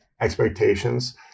expectations